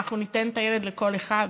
מה, אנחנו ניתן את הילד לכל אחד?